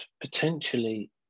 potentially